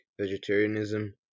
vegetarianism